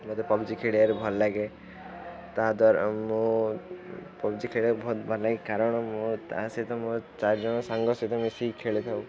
ମୋତେ PUBG ଖେଳିବାରେ ଭଲ ଲାଗେ ତା'ଦ୍ଵାରା ମୁଁ ପବ୍ ଜି ଖେଳିବାକୁ ବହୁତ ଭଲ ଲାଗେ କାରଣ ମୁଁ ତା'ସହିତ ମୋ ଚାରିଜଣ ସାଙ୍ଗ ସହିତ ମିଶିକି ଖେଳିଥାଉ